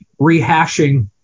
rehashing